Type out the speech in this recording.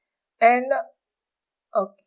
and uh okay